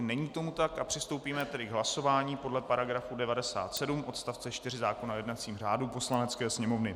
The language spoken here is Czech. Není tomu tak, a přistoupíme tedy k hlasování podle § 97 odst. 4 zákona o jednacím řádu Poslanecké sněmovny.